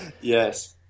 Yes